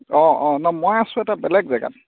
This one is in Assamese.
অঁ অঁ নহয় মই আছো এটা বেলেগ জেগাত